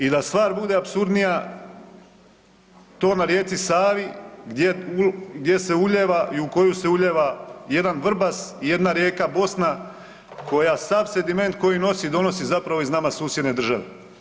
I da stvar bude apsurdnija to na rijeci Savi gdje se ulijeva i u koju se ulijeva jedan Vrbas i jedna rijeka Bosna koja sav sediment koji nosi donosi iz nama zapravo susjedne države.